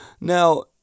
Now